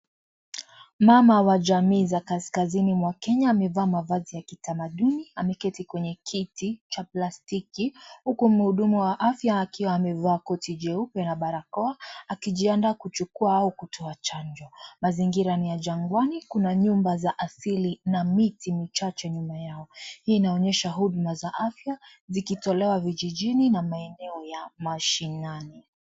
Mama wa jamii za kaskazini mwa Kenya amevaa mavazi za kitamaduni. Ameketi kwenye kiti cha plastiki huku mhudumu wa afya akiwa amevaa koti jeupe na barakoa akijiandaa kuchukua au kutoa chanjo. Mazingira ni ya jangwani. Kuna nyumba za asili na miti michache nyuma yao. Hii inanyesha huduma za afya zikitolewa vijijini na maeneo ya mashinani.